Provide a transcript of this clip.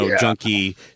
junkie